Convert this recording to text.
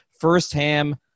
firsthand